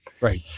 Right